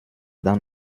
dann